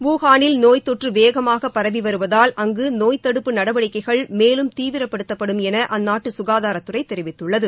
வூகானில் நோய் தொற்று வேகமாக பரவி வருவதால் அங்கு நோய் தடுப்பு நடவடிக்கைகள் மேலும் தீவிரப்படுத்தப்படும் என அந்நாட்டு சுகாதாரத்துறை தெரிவித்துள்ளது